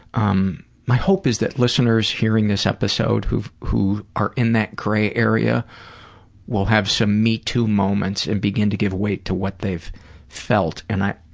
um my hope is that listeners hearing this episode who've who are in that gray area will have some me too moments and begin to give weight to what they've felt and i